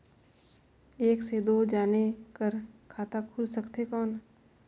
एक से दो जने कर खाता खुल सकथे कौन?